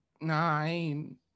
nine